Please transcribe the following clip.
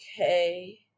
okay